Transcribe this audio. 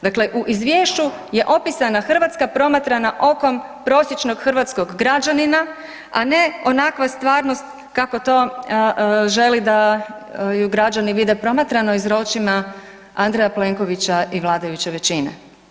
Dakle, u izvješću je opisana Hrvatska promatrana okom prosječnog hrvatskog građanina, a ne onakva stvarnost kako to želi da je građani vide promatrano očima Andreja Plenkovića i vladajuće većine.